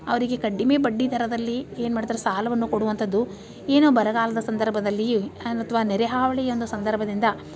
ಅವರಿಗೆ ಕಡಿಮೆ ಬಡ್ಡಿ ದರದಲ್ಲಿ ಏನು ಮಾಡ್ತಾರ ಸಾಲವನ್ನು ಕೊಡುವಂಥದ್ದು ಏನೋ ಬರಗಾಲದ ಸಂದರ್ಭದಲ್ಲಿಯೇ ಏನು ಅಥ್ವಾ ನೆರೆ ಹಾವಳಿಯ ಒಂದು ಸಂದರ್ಭದಿಂದ